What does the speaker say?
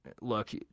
look